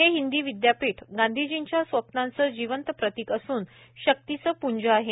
हे हिंदी विदयापीठ गांधीजींच्या स्वप्नांचे जीवंत प्रतीक असून शक्तीचे प्ंज आहे